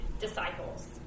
disciples